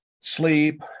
sleep